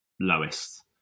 lowest